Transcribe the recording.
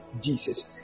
Jesus